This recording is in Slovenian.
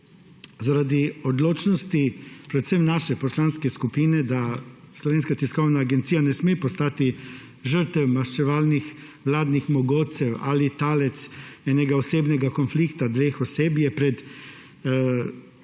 Zaradi odločnosti predvsem naše poslanske skupine, da Slovenska tiskovna agencija ne sme postati žrtev maščevalnih vladnih mogotcev ali talec enega osebnega konflikta dveh oseb, je pred enim